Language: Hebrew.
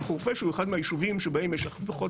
חורפיש הוא אחד מהיישובים שבהם יש הכי פחות